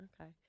okay